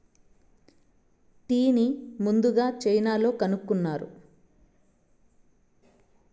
టీని ముందుగ చైనాలో కనుక్కున్నారు